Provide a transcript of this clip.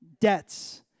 Debts